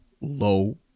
low